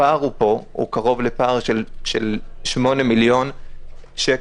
הפער פה הוא קרוב לפער של 8 מיליון שקל